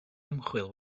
ymchwil